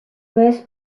vez